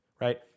right